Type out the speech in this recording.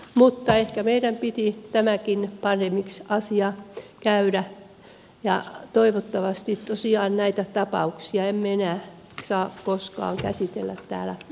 mutta ehkä meidän piti tämäkin pandemrix asia käydä ja toivottavasti tosiaan näitä tapauksia emme enää saa koskaan käsitellä täällä eduskunnassa